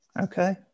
Okay